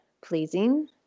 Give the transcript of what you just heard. pleasing